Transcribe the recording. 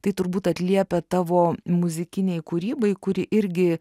tai turbūt atliepia tavo muzikinei kūrybai kuri irgi